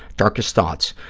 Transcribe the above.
darkest thoughts.